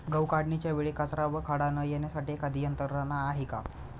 गहू काढणीच्या वेळी कचरा व खडा न येण्यासाठी एखादी यंत्रणा आहे का?